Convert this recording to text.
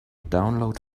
download